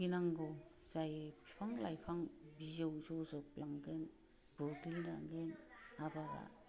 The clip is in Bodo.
गिनांगौ जायो बिफां लाइफां बिजौ जजोबलांगोन बुग्लिलांगोन आबादा